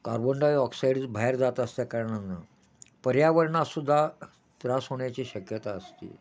carbon dioxide बाहेर जात असल्याकारणानं पर्यावरणास सुद्धा त्रास होण्याची शक्यता असते